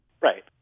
Right